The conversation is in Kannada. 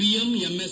ಪಿಎಂಎಂಎಸ್